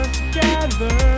together